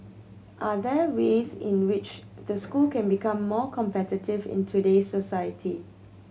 are there ways in which the school can become more competitive in today's society